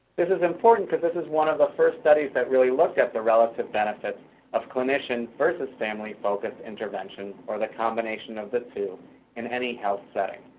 this is important, because this is one of the first studies that really looked at the relative benefits of clinician versus family focused intervention, or the combination of the two in any health setting.